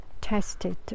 tested